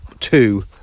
Two